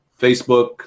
Facebook